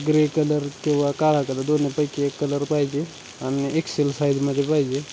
grey colour किंवा काळा colour दोनापैकी एक कलर पाहिजे आणि एक्से ल साईजमध्ये पाहिजे